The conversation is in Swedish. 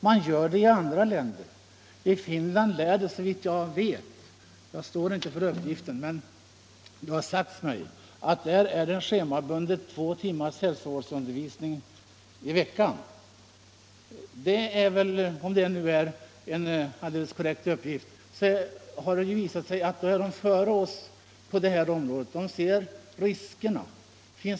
Man gör det i andra länder. I Finland har man, enligt vad som sagts mig — jag kan inte stå för uppgiften — två timmars schemabunden hälsovårdsundervisning i veckan. Om det nu är en alldeles korrekt uppgift visar den att man är före oss på det här området. Man ser riskerna.